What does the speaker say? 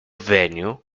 venue